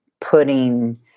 putting